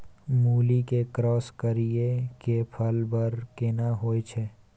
मूली के क्रॉस करिये के फल बर केना होय छै?